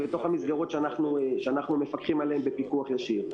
בתוך המסגרות שאנחנו מפקחים עליהן בפיקוח ישיר.